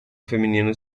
feminino